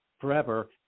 forever